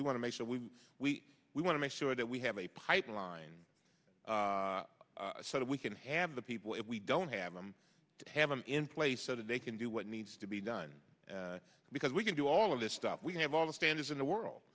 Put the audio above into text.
we want to make sure we we we want to make sure that we have a pipeline sort of we can have the people if we don't have them have them in place so that they can do what needs to be done because we can do all of this stuff we have all the standards in the world